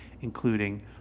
including